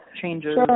changes